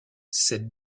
cette